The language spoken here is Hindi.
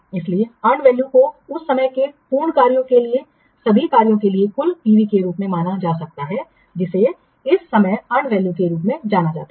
इसलिए अर्न वैल्यू को उस समय के संपूर्ण कार्यों के लिए सभी कार्यों के लिए कुल पीवी के रूप में माना जा सकता है जिसे इस समय अर्न वैल्यू के रूप में जाना जाता है